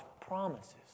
promises